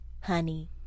honey